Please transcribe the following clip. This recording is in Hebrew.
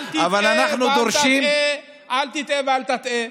אבל אנחנו דורשים, אל תטעה ואל תטעה.